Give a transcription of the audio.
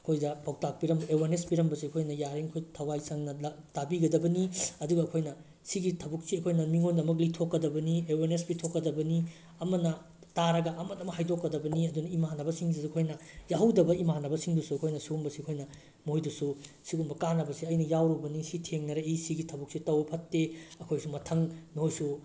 ꯑꯩꯈꯣꯏꯗ ꯄꯥꯎꯇꯥꯛ ꯑꯦꯋꯦꯔꯅꯦꯁ ꯄꯤꯔꯝꯕꯁꯦ ꯑꯩꯈꯣꯏꯅ ꯌꯥꯔꯤ ꯃꯈꯩ ꯊꯋꯥꯏ ꯆꯪꯅ ꯇꯥꯕꯤꯒꯗꯕꯅꯤ ꯑꯗꯨꯒ ꯑꯩꯈꯣꯏꯅ ꯁꯤꯒꯤ ꯊꯕꯛꯁꯦ ꯑꯩꯈꯣꯏꯅ ꯃꯤꯉꯣꯟꯗ ꯑꯃꯨꯛ ꯂꯤꯊꯣꯛꯀꯗꯕꯅꯤ ꯑꯦꯋꯦꯔꯅꯦꯁ ꯄꯤꯊꯣꯛꯀꯗꯕꯅꯤ ꯑꯃꯅ ꯇꯥꯔꯒ ꯑꯃꯗ ꯑꯃꯨꯛ ꯍꯥꯏꯗꯣꯛꯀꯗꯕꯅꯤ ꯑꯗꯨꯅ ꯏꯃꯥꯟꯅꯕꯁꯤꯡꯗꯁꯨ ꯑꯩꯈꯣꯏꯅ ꯌꯥꯎꯍꯧꯗꯕ ꯏꯃꯥꯟꯅꯕꯁꯤꯡꯗꯁꯨ ꯑꯩꯈꯣꯏꯅ ꯁꯤꯒꯨꯝꯕꯁꯤ ꯑꯩꯈꯣꯏꯅ ꯃꯣꯏꯗꯁꯨ ꯁꯤꯒꯨꯝꯕ ꯀꯥꯟꯅꯕꯁꯦ ꯑꯩꯅ ꯌꯥꯎꯔꯨꯕꯅꯤ ꯁꯤ ꯊꯦꯡꯅꯔꯛꯏ ꯁꯤꯒꯤ ꯊꯕꯛꯁꯦ ꯇꯧꯕ ꯐꯠꯇꯦ ꯑꯩꯈꯣꯏꯁꯨ ꯃꯊꯪ ꯅꯣꯏꯁꯨ